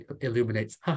illuminates